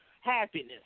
happiness